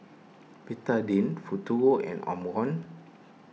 Betadine Futuro and Omron